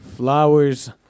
flowers